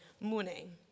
morning